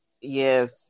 Yes